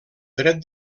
dret